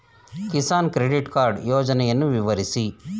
Kisan credit card ಯೋಜನೆಯನ್ನು ವಿವರಿಸಿ?